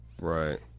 Right